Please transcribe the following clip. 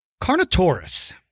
Carnotaurus